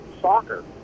soccer